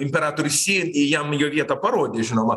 imperatorius si jam jo vietą parodė žinoma